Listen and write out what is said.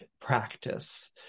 practice